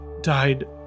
died